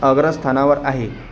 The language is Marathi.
अग्रस्थानावर आहे